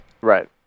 Right